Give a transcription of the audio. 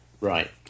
Right